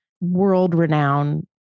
world-renowned